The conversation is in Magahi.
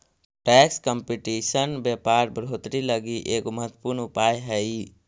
टैक्स कंपटीशन व्यापार बढ़ोतरी लगी एगो महत्वपूर्ण उपाय हई